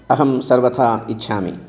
अहं सर्वथा इच्छामि